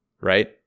right